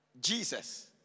Jesus